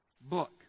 book